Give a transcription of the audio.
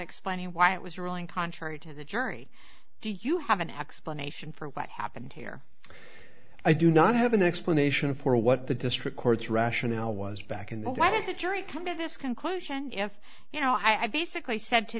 explaining why it was ruling contrary to the jury do you have an explanation for what happened here i do not have an explanation for what the district court's rationale was back in the why did the jury come to this conclusion if you know i basically said to